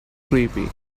creepy